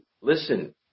listen